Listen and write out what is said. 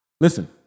Listen